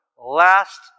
last